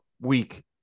week